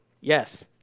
Yes